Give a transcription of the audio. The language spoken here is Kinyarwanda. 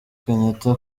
kenyatta